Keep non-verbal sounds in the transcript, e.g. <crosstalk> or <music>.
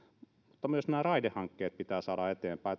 mutta myös nämä raidehankkeet pitää saada eteenpäin <unintelligible>